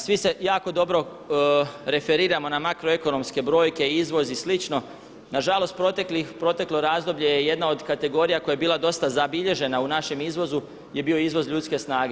Svi se jako dobro referiramo na makroekonomske brojke izvoz i slično nažalost proteklo razdoblje je jedno od kategorija koja je bila dosta zabilježena u našem izvozu je bio izvoz ljudske snage.